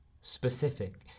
specific